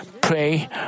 pray